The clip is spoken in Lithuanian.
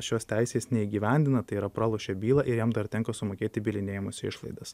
šios teisės neįgyvendina tai yra pralošia bylą ir jam dar tenka sumokėti bylinėjimosi išlaidas